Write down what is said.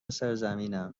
سرزمینم